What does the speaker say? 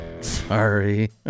Sorry